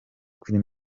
kuri